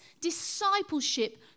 discipleship